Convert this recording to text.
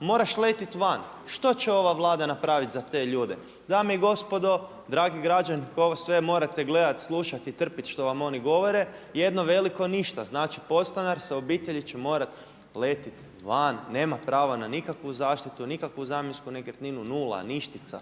moraš letiti van. Što će ova Vlada napraviti za te ljude? Dame i gospodo, dragi građani koji ovo sve morate gledati, slušati i trpiti što vam oni govore jedno veliko ništa. Znači podstanar će sa obitelji morati letiti van, nema prava na nikakvu zaštitu, nikakvu zamjensku nekretninu, nula, ništica.